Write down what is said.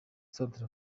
centre